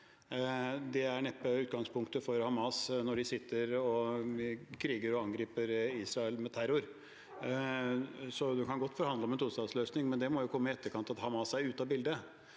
Det er neppe utgangspunktet for Hamas når de sitter og kriger og angriper Israel med terror. Man kan godt forhandle om en tostatsløsning, men det må jo komme i etterkant av at Hamas er ute av bildet.